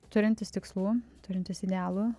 turints tikslų turintis idealų